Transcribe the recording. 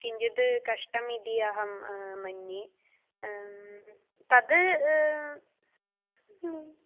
किञ्चिद् कष्टम् इति अहं मन्ये तत्